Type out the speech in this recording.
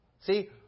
See